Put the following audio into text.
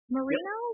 Marino